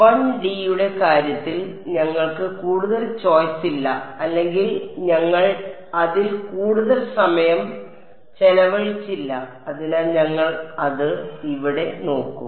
1D യുടെ കാര്യത്തിൽ ഞങ്ങൾക്ക് കൂടുതൽ ചോയ്സ് ഇല്ല അല്ലെങ്കിൽ ഞങ്ങൾ അതിൽ കൂടുതൽ സമയം ചെലവഴിച്ചില്ല അതിനാൽ ഞങ്ങൾ അത് ഇവിടെ നോക്കും